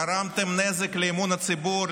גרמתם נזק לאמון הציבור,